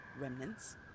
remnants